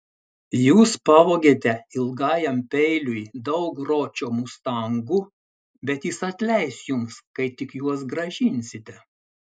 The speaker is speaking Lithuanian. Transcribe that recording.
jūs pavogėte ilgajam peiliui daug ročio mustangų bet jis atleis jums kai tik juos grąžinsite